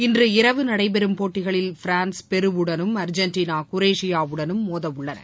இன்றிரவு நடைபெறும் போட்டிகளில் பிரான்ஸ் பெருவுடனும் அர்ஜெண்டினா குரேஷியாவுடனும் மோதவுள்ளன